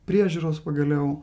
priežiūros pagaliau